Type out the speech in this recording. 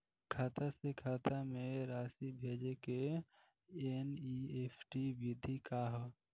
खाता से खाता में राशि भेजे के एन.ई.एफ.टी विधि का ह?